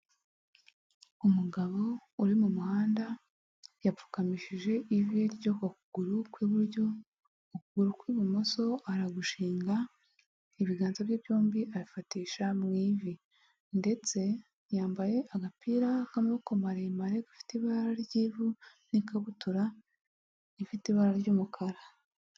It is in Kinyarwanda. Umugabo uri mu muhanda yapfukamishije ivi ryo ku kuguru kw'iburyo; ukuguru kw'ibumoso aragushinga; ibiganza bye byombi afatisha mu ivi ndetse yambaye agapira k'amaboko maremare gafite ibara ry'ivu n'ikabutura ifite ibara ry'umukara.